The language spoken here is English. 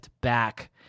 back